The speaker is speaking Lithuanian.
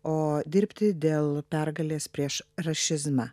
o dirbti dėl pergalės prieš rašizmą